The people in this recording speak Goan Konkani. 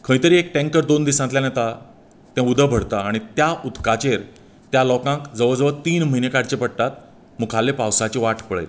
खंयतरी एक टँकर दोन दिसांतल्यान येतात तें उदक भरतां आनी त्या उदकाचेर त्या लोकांक जवळ जवळ तीन म्हयने काडचें पडटात मुख्खाल्या पावसाची वाट पळयत